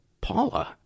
paula